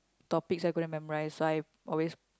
topics I'm going to memorise so I always